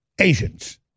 Asians